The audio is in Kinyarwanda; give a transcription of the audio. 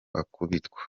akubitwa